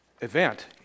event